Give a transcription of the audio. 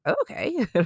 okay